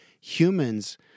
humans